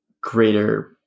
greater